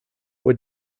were